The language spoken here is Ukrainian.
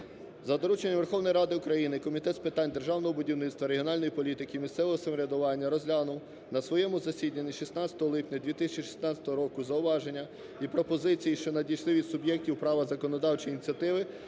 За дорученням Верховної Ради України Комітет з питань державного будівництва, регіональної політики і місцевого самоврядування розглянув на своєму засіданні 16 липня 2016 року зауваження і пропозиції, що надійшли від суб'єктів права законодавчої ініціативи